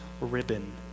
ribbon